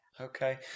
Okay